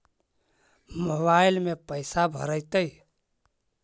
Mobile में पैसा भरैतैय?